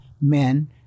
men